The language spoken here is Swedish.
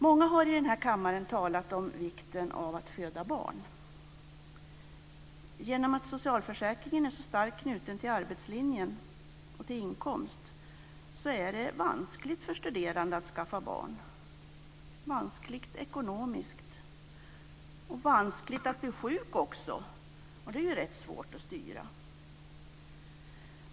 Många har i den här kammaren talat om vikten av att föda barn. Genom att socialförsäkringen är så starkt knuten till arbetslinjen och till inkomst är det vanskligt för studerande att skaffa barn; vanskligt ekonomiskt, och vanskligt att bli sjuk också, och det är ju rätt svårt att styra.